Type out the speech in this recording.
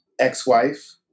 ex-wife